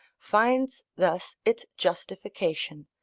finds thus its justification,